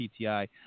PTI